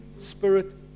Spirit